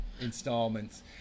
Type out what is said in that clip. installments